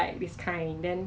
ya ya ya correct